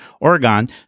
Oregon